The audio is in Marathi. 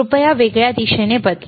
कृपया वेगळ्या दिशेने बदला